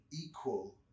equal